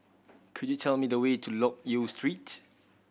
could you tell me the way to Loke Yew Street